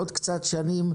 עוד קצת שנים,